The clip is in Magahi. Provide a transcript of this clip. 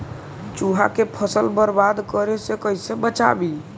चुहा के फसल बर्बाद करे से कैसे बचाबी?